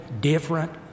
different